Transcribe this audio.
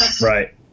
right